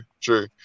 true